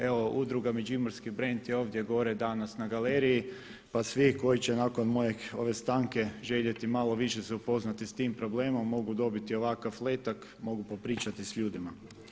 Evo Udruga Međimurski brend je ovdje gore danas na galeriji pa svi koji će nakon moje ove stanke željeti malo se više upoznati s tim problemom mogu dobiti ovakav letak, mogu popričati s ljudima.